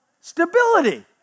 Stability